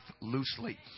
loosely